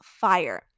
fire